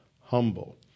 humble